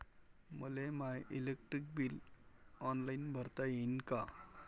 मले my electric bill online भरता येईन का?